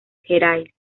gerais